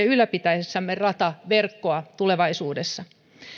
ylläpitäessämme rataverkkoa tulevaisuudessa